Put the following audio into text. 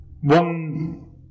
One